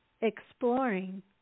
exploring